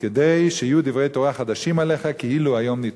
כדי שיהיו דברי תורה חדשים עליך כאילו היום ניתנו.